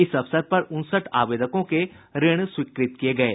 इस अवसर पर उनसठ आवेदकों के ऋण स्वीकृत किये गये